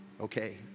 Okay